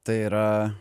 tai yra